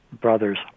brothers